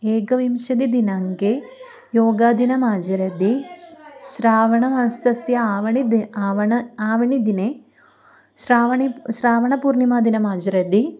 एकविंशतिः दिनाङ्के योगादिनमाजरति श्रावणमासस्य आवणिदिने आवणम् आवणिदिने श्रावणि श्रावणपूर्णिमादिनमाचरति